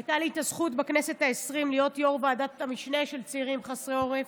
הייתה לי הזכות בכנסת העשרים להיות יו"ר ועדת המשנה לצעירים חסרי עורף.